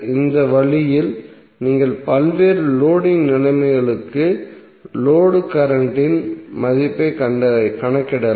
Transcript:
இந்த வழியில் நீங்கள் பல்வேறு லோடிங் நிலைமைகளுக்கு லோடு கரண்ட்டின் மதிப்பைக் கணக்கிடலாம்